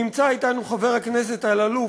נמצא אתנו חבר הכנסת אלאלוף,